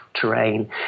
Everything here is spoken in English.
terrain